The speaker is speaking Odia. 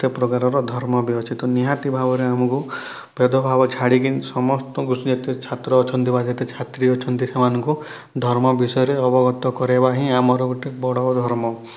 ସେତେ ପ୍ରକାରର ଧର୍ମ ବି ଅଛି ତ ନିହାତି ଭାବରେ ଆମକୁ ଭେଦଭାବ ଛାଡ଼ିକି ସମସ୍ତଙ୍କୁ ଯେତେ ଛାତ୍ର ଅଛନ୍ତି ବା ଯେତେ ଛାତ୍ରୀ ଅଛନ୍ତି ସେମାନଙ୍କୁ ଧର୍ମ ବିଷୟରେ ଅବଗତ କରେଇବା ହିଁ ଆମର ଗୋଟେ ବଡ଼ ଧର୍ମ